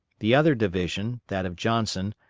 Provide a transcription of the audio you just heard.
the other division, that of johnson,